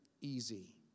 easy